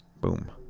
boom